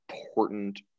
important